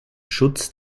schutz